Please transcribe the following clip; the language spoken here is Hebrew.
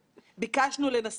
תודה לך, אדוני היושב-ראש.